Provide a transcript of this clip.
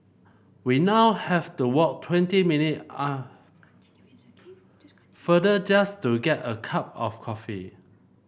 we now have to walk twenty minute are farther just to get a cup of coffee